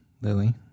Lily